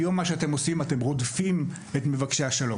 כי היום מה שאתם עושים, זה רודפים את מבקשי השלום.